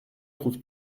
trouves